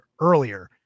earlier